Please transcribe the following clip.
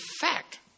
fact